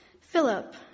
Philip